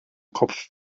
kopf